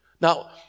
Now